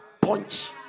punch